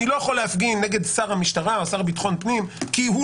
אני לא יכול להפגין נגד השר לביטחון הפנים כי לא